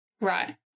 Right